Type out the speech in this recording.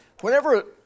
whenever